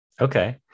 Okay